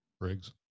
Briggs